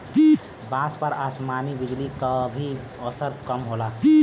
बांस पर आसमानी बिजली क भी असर कम होला